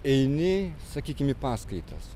eini sakykim į paskaitas